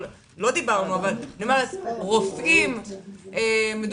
על רופאים; שוב,